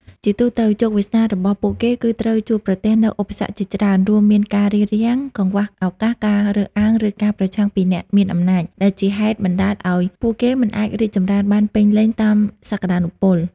ជាទូទៅ ជោគវាសនារបស់ពួកគេគឺត្រូវជួបប្រទះនូវឧបសគ្គជាច្រើន រួមមានការរារាំង កង្វះឱកាស ការរើសអើង ឬការប្រឆាំងពីអ្នកមានអំណាច ដែលជាហេតុបណ្តាលឲ្យពួកគេមិនអាចរីកចម្រើនបានពេញលេញតាមសក្ដានុពល។